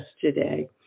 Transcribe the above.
today